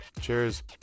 Cheers